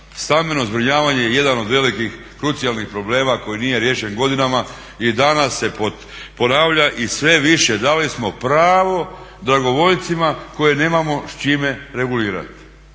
Stambeno zbrinjavanje je jedan od velikih krucijalnih problema koji nije riješen godinama i danas se ponavlja i sve više dali smo pravo dragovoljcima koje nemamo s čime regulirati.